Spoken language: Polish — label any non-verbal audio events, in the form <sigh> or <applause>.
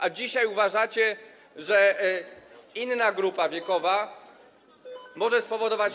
A dzisiaj uważacie, że inna grupa wiekowa <noise> może spowodować to, że.